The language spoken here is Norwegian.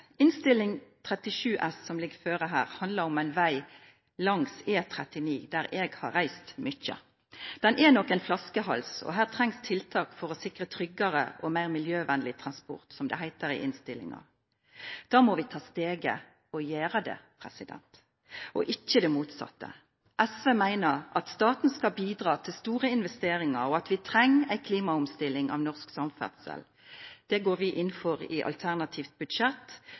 37 S, som her foreligger, handler om en vei langs E39 der jeg har reist mye. Den er nok en flaskehals, og det trengs tiltak for å sikre «tryggare, meir miljøvenleg og effektiv transport», som det heter i innstillingen. Da må vi ta steget og gjøre det, ikke det motsatte. SV mener at staten skal bidra til store investeringer, og at vi trenger en klimaomstilling av norsk samferdsel. Vi går i vårt alternative budsjett inn for det samme som Hordaland SV i